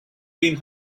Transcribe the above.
been